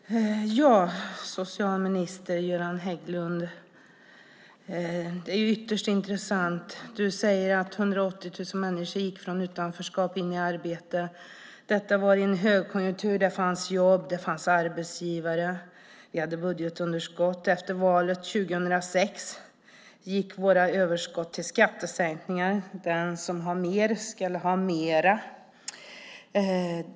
Fru talman! Socialminister Göran Hägglund! Det är ytterst intressant. Du säger att 180 000 personer gick från utanförskap in i arbete. Detta var i en högkonjunktur. Det fanns jobb. Det fanns arbetsgivare. Vi hade budgetöverskott. Efter valet 2006 gick våra överskott till skattesänkningar. De som har mer skulle ha mer.